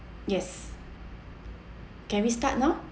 yes can we start now